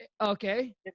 okay